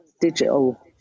digital